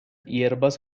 hierbas